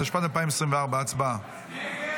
התשפ"ד 2024. הצבעה.